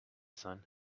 sun